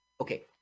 okay